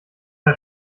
das